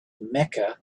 mecca